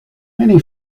many